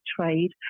trade